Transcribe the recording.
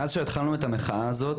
מאז שהתלנו את המחאה הזאת,